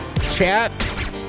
chat